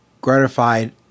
gratified